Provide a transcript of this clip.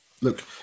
look